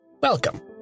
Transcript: Welcome